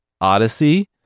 odyssey